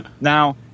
Now